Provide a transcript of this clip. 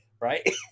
right